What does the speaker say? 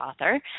author